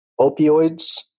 opioids